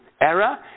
error